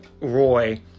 Roy